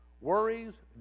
worries